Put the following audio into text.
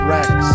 Rex